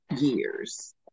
years